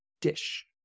dish